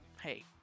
Hey